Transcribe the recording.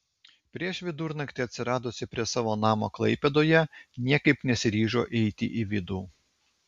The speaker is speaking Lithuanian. prieš vidurnakti atsiradusi prie savo namo klaipėdoje niekaip nesiryžo eiti į vidų